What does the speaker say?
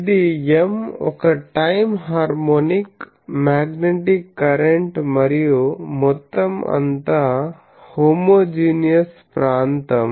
అది M ఒక time harmonic magnetic కరెంట్మరియు మొత్తం అంతా హోమోజీనియస్ ప్రాంతం